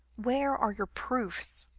where are your proofs?